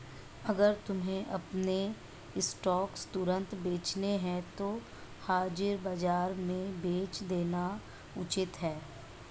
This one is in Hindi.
अगर तुम्हें अपने स्टॉक्स तुरंत बेचने हैं तो हाजिर बाजार में बेच देना उचित है